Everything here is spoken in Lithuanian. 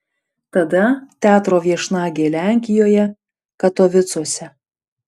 tada teatro viešnagė lenkijoje katovicuose